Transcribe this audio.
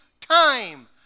time